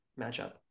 matchup